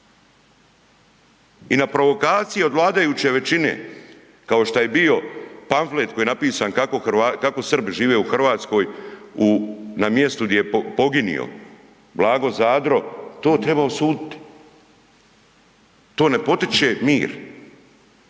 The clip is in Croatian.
I na provokacije od vladajuće većine kao što je bio pamflet kako Srbi žive u Hrvatskoj na mjestu gdje je poginuo Blago Zadro, to treba osudit. To ne potiče mir,